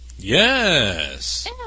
Yes